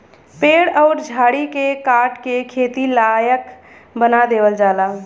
पेड़ अउर झाड़ी के काट के खेती लायक बना देवल जाला